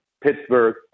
Pittsburgh